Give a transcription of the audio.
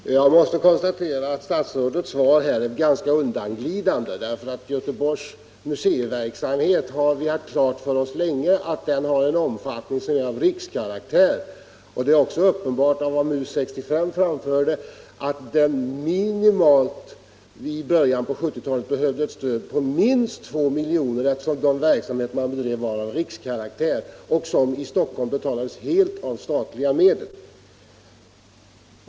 Herr talman! Jag måste konstatera att statsrådets svar är ganska undanglidande. Vi har länge haft klart för oss att Göteborgs museiverksamhet har en omfattning av rikskaraktär. MUS 65 anförde ju att denna verksamhet i början av 1970-talet behövde ett stöd på minst 2 milj.kr., eftersom den just hade rikskaraktär och dess motsvarighet i Stockholm betalades helt med statliga medel.